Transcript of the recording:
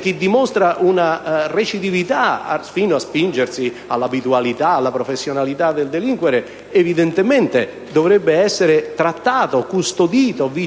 chi dimostra una recidività, fino a spingersi all'abitualità ed alla professionalità del delinquere, evidentemente dovrebbe essere trattato, custodito, vigilato